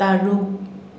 ꯇꯔꯨꯛ